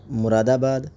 Moradabad